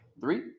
Three